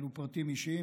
אלו פרטים אישיים,